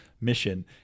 mission